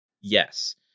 Yes